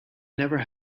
never